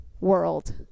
world